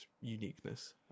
uniqueness